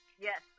Yes